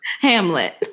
hamlet